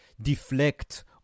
deflect